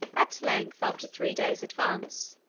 at length, after three days' advance,